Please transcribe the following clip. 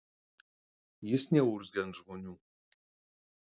jis neurzgia ant žmonių